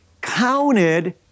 counted